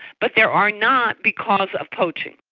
but there are not because of poaching.